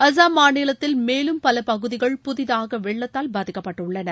அசாம் மாநிலத்தில் மேலும் பல பகுதிகள் புதிதாக வெள்ளத்தால் பாதிக்கப்பட்டுள்ளன